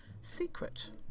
secret